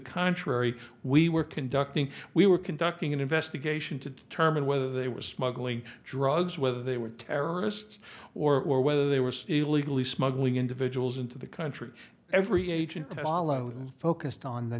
contrary we were conducting we were conducting an investigation to determine whether they were smuggling drugs whether they were terrorists or whether they were illegally smuggling individuals into the country every agent